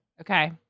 Okay